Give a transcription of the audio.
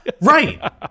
Right